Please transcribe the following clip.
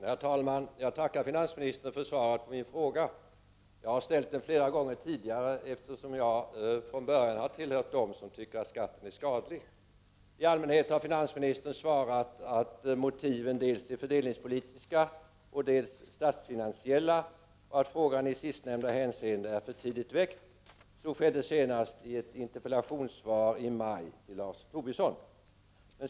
Herr talman! Jag tackar finansministern för svaret på min fråga. Jag har ställt den flera gånger tidigare, eftersom jag från början har tillhört dem som anser att skatten är skadlig. I allmänhet har finansministern svarat att motiven är dels fördelningspolitiska, dels statsfinansiella och att frågan i sistnämnda hänseende är för tidigt väckt. Så skedde senast i maj i ett interpellationssvar till Lars Tobisson.